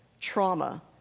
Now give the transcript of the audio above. trauma